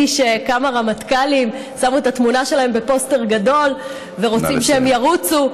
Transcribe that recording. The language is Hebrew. שכמה רמטכ"לים שמו את התמונה שלהם בפוסטר גדול ורוצים שהם ירוצו.